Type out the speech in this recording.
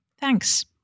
Thanks